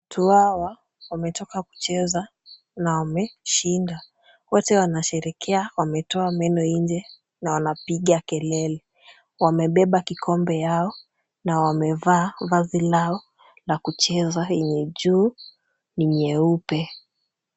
Watu hawa wametoka kucheza na wameshinda. Wote wanasherehekea, wametoa meno nje na wanapiga kelele. Wamebeba kikombe yao na wamevaa vazi lao la kucheza yenye juu ni nyeupe.